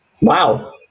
Wow